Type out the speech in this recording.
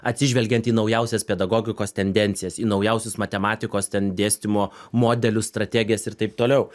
atsižvelgiant į naujausias pedagogikos tendencijas į naujausius matematikos ten dėstymo modelius strategijas ir taip toliau